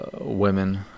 women